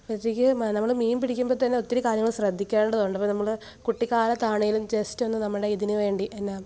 ഒറ്റക്ക് മ നമ്മൾ മീന് പിടിക്കുമ്പോൾ തന്നെ ഒത്തിരി കാര്യങ്ങൾ ശ്രദ്ധിക്കേണ്ടതുണ്ട് അപ്പോൾ നമ്മൾ കുട്ടിക്കാലത്താണെങ്കിലും ജസ്റ്റ് ഒന്നു നമ്മുടെ ഇതിനുവേണ്ടി എന്നാൽ